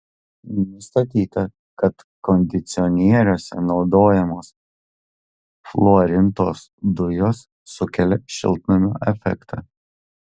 nustatyta kad kondicionieriuose naudojamos fluorintos dujos sukelia šiltnamio efektą